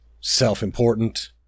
self-important